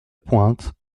pointe